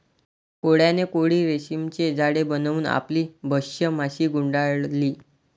कोळ्याने कोळी रेशीमचे जाळे बनवून आपली भक्ष्य माशी गुंडाळली